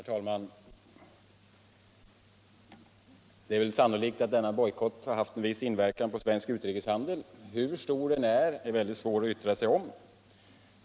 Herr talman! Det är väl sannolikt att den bojkott det gäller haft en viss inverkan på svensk utrikeshandet. Hur stor denna inverkan kan vura är det mycket svårt att yttra sig om.